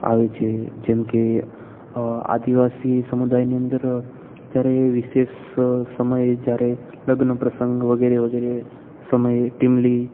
આવે છે જેમકે આદિવાસી સમુદાયની અંદર જ્યારે વિશેષ સમય જ્યારે લગ્ન પ્રસંગ વગેરે વગેરે સમયે ટીમલી